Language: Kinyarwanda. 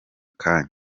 kanya